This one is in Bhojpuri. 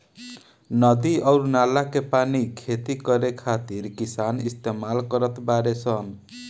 नदी अउर नाला के पानी खेती करे खातिर किसान इस्तमाल करत बाडे सन